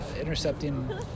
intercepting